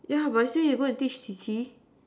yeah but still and need go this teach